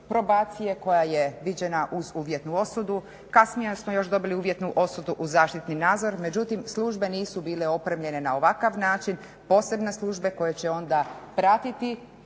probacije koja je viđena uz uvjetnu osudu, kasnije smo još dobili uvjetnu osudu uz zaštitni nadzor međutim službe nisu bile opremljene na ovakav način, posebne službe koje će onda pratiti